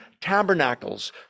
tabernacles